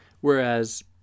Whereas